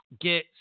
get